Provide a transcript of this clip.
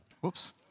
Whoops